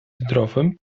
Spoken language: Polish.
zdrowym